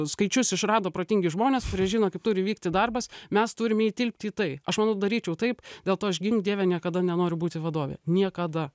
skaičius išrado protingi žmonės kurie žino kaip turi vykti darbas mes turime įtilpti į tai aš manau daryčiau taip dėl to aš gink dieve niekada nenoriu būti vadovė niekada